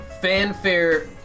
fanfare